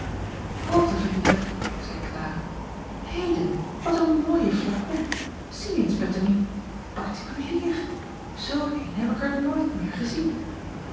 l te vriendelijk zeî lara heden wat een mooie flakon ie eens ettemie hoe partikulier ulk een heb ik er nooit meer gezien